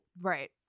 right